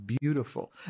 beautiful